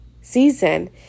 season